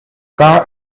car